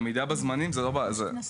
עמידה בזמנים זה לא רלוונטי.